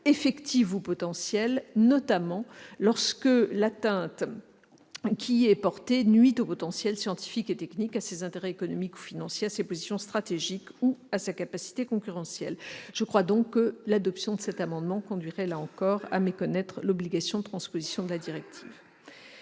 effective ou potentielle, notamment lorsque l'atteinte qui est portée nuit au potentiel scientifique et technique, à ses intérêts économiques ou financiers, à ses positions stratégiques ou à sa capacité concurrentielle. L'adoption de ces amendements conduirait donc à méconnaître l'obligation de transposition de la directive.